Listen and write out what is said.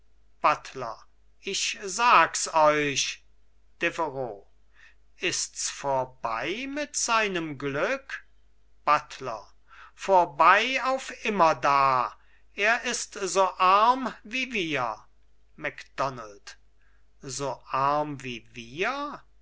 buttler ich sags euch deveroux ists vorbei mit seinem glück buttler vorbei auf immerdar er ist so arm wie wir macdonald so arm wie wir